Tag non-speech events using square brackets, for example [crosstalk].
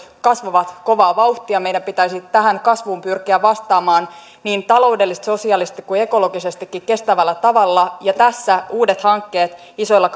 kasvavat kovaa vauhtia meidän pitäisi tähän kasvuun pyrkiä vastaamaan niin taloudellisesti sosiaalisesti kuin ekologisestikin kestävällä tavalla ja tässä uudet hankkeet isoilla [unintelligible]